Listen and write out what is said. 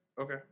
Okay